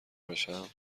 بشم